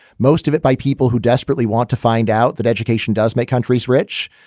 most of it by people who desperately want to find out that education does make countries rich.